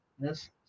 Yes